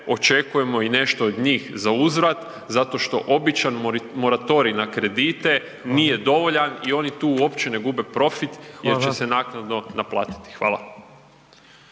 očekujemo i nešto od njih zauzvrat zato što običan moratorij na kredite nije dovoljan i oni tu uopće ne gube profit …/Upadica: Hvala/… jer će se naknadno naplatiti. Hvala.